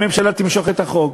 הממשלה תמשוך את החוק.